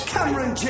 Cameron